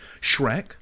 Shrek